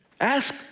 Ask